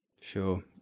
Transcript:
Sure